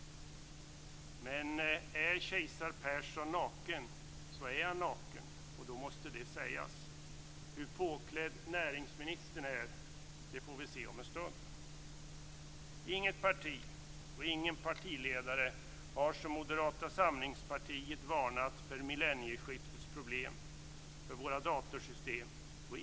Men är kejsar Persson naken, så är han naken, och då måste det sägas. Hur påklädd näringsministern är får vi se om en stund. Inget parti och ingen partiledare har som Moderata samlingspartiet och dess partiledare varnat för millenieskiftets problem för våra datorsystem.